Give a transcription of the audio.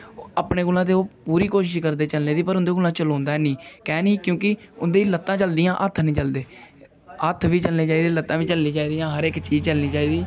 अपने कोला ते ओह् पूरी कोशिश करदे चलदे पर ओह् उंदे कोला चलोदां है नेईं इक है नेईं क्योकि उंदे लत्ता चलदियां हत्थ नेईं चलदे हत्थ बी चलने चाहिदे लत्तां बी चलनी चाहिदियां हर इक चीज चलनी चाहिदी